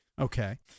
Okay